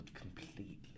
completely